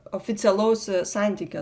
oficialaus santykio